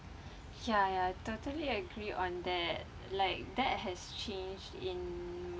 ya ya totally agree on that like that has changed in